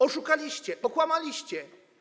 Oszukaliście, okłamaliście.